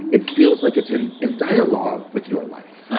it feels like it's in in dialogue with your life,